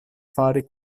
fari